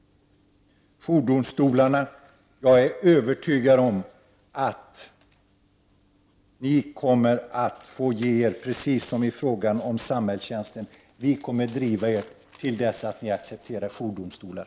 Jag är övertygad om att ni kommer att få ge er i frågan om jourdomstolarna, precis som i frågan om samhällstjänst. Vi kommer att driva frågan till dess att ni accepterar jourdomstolar.